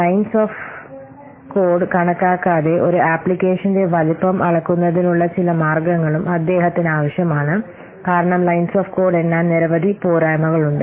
lines of code കണക്കാക്കാതെ ഒരു ആപ്ലിക്കേഷന്റെ വലുപ്പം അളക്കുന്നതിനുള്ള ചില മാർഗ്ഗങ്ങളും അദ്ദേഹത്തിന് ആവശ്യമാണ് കാരണം ലൈൻസ് ഓഫ് കോഡ് എണ്ണാൻ നിരവധി പോരായ്മകളുണ്ട്